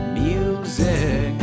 music